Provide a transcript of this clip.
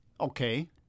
Okay